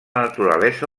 naturalesa